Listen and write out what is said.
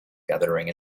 gathering